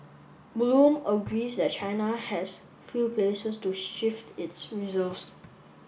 bloom agrees that China has few places to shift its reserves